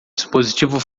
dispositivo